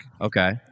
Okay